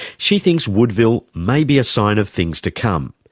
she thinks woodville may be a sign of things to come.